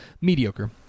mediocre